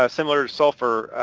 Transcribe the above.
ah similar sulfur.